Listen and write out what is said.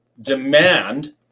demand